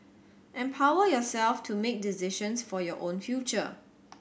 empower yourself to make decisions for your own future